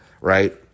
right